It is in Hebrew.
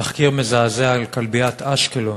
תחקיר מזעזע על כלביית אשקלון,